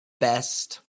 best